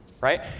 right